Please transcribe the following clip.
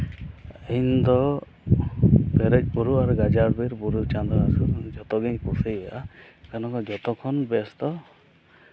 ᱤᱧᱫᱚ ᱯᱮᱨᱮᱡ ᱵᱩᱨᱩ ᱟᱨ ᱜᱟᱡᱟᱲ ᱵᱤᱨᱼᱵᱩᱨᱩ ᱪᱟᱸᱫᱳ ᱦᱟᱹᱥᱩᱨ ᱠᱚ ᱡᱚᱛᱚᱜᱤᱧ ᱠᱩᱥᱤᱭᱟᱜᱼᱟ ᱮᱱᱠᱷᱟᱱ ᱱᱚᱣᱟ ᱫᱚ ᱡᱚᱛᱚ ᱠᱷᱚᱱ ᱵᱮᱥ ᱫᱚ